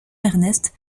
ernest